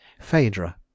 Phaedra